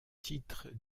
titre